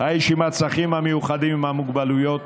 האיש עם הצרכים המיוחדים, עם המוגבלויות,